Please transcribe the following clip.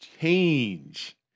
Change